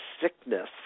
sickness